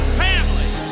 family